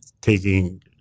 taking